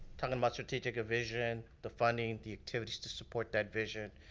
talking about strategic vision, the funding, the activities to support that vision,